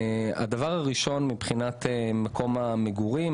הדבר הראשון מבחינת מקום המגורים,